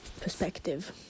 perspective